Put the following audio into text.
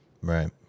Right